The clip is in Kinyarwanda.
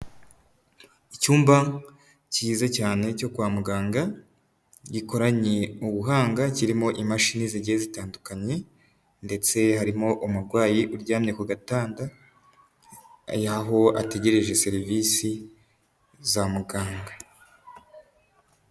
Icyumba cyiza cyane cyo kwa muganga, gikoranye ubuhanga, kirimo imashini zigiye zitandukanye ndetse harimo umurwayi uryamye ku gatanda aho ategereje serivisi za muganga.